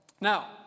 Now